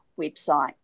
website